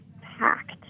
packed